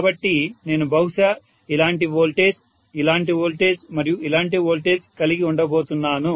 కాబట్టి నేను బహుశా ఇలాంటి వోల్టేజ్ ఇలాంటి వోల్టేజ్ మరియు ఇలాంటి వోల్టేజ్ కలిగి ఉండబోతున్నాను